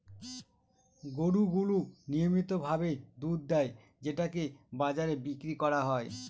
গরু গুলো নিয়মিত ভাবে দুধ দেয় যেটাকে বাজারে বিক্রি করা হয়